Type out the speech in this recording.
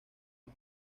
los